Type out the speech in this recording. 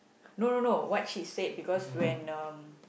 no no no what she said because when um